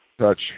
touch